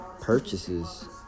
Purchases